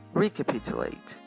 recapitulate